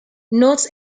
notes